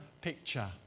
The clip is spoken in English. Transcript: picture